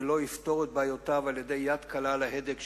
ולא יפתור את בעיותיו על-ידי יד קלה על ההדק,